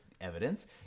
evidence